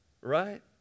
Right